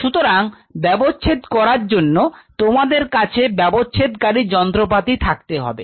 সুতরাং ব্যবচ্ছেদ করার জন্য তোমাদের কাছে ব্যবচ্ছেদ কারী যন্ত্রপাতি থাকতে হবে